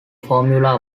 formula